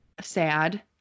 sad